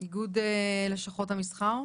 נציג איגוד לשכות המסחר.